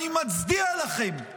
אני מצדיע לכם על